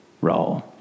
role